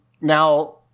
Now